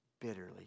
bitterly